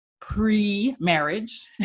pre-marriage